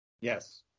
Yes